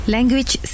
Language